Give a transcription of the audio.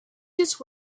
just